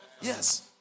Yes